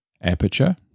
Aperture